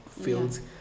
fields